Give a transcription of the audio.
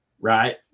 right